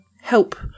help